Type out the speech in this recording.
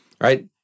right